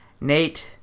Nate